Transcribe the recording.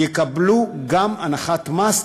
תקבל גם הנחת מס,